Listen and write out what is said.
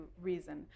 reason